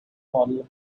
model